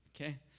okay